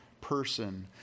person